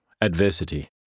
Adversity